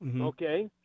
okay